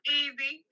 easy